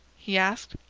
he asked.